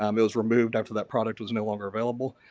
um it was removed after that product was no longer available.